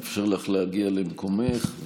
נאפשר לך להגיע למקומך,